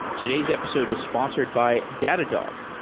today's episode is sponsored by datadog,